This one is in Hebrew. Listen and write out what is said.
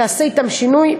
תעשה אתם שינוי,